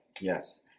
Yes